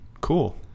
cool